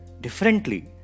differently